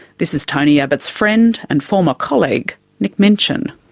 this is tony abbot's friend and former colleague nick minchin.